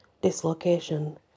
dislocation